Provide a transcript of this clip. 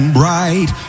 bright